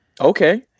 Okay